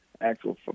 actual